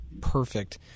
perfect